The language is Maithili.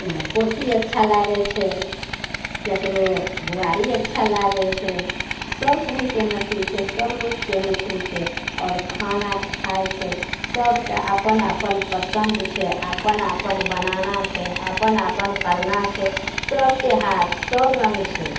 ओहिमे पोठी अच्छा लागै छै केकरो बुआरी अच्छा लागै छै सब ढङ्गके मछरी छै सब रूपके मछरी छै आओर खाना खाइ छै सबके अपन अपन पसन्द छै अपन अपन बनाना छै अपन अपन करना छै सबके हाथ सब रङ्ग छै